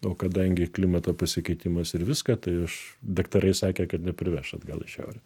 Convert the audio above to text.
o kadangi klimato pasikeitimas ir viską tai aš daktarai sakė kad neparveš atgal į šiaurę